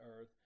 earth